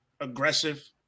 aggressive